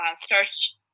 search